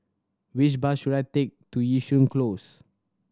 which bus should I take to Yishun Close